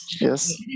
yes